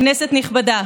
כנסת נכבדה,